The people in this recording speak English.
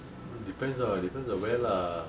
mm depends lah depends on where lah